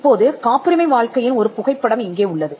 இப்போது காப்புரிமை வாழ்க்கையின் ஒரு புகைப்படம் இங்கே உள்ளது